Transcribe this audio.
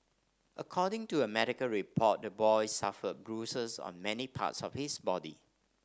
according to a medical report the boy suffered bruises on many parts of his body